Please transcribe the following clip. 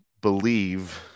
believe